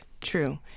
True